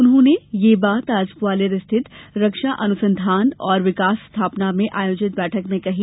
उन्होंने यह बात आज ग्वालियर स्थित रक्षा अनुसंधान और विकास स्थापना में आयोजित बैठक में कही